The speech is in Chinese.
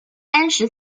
三十四